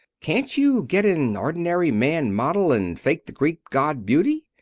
can't you get an ordinary man model and fake the greek god beauty?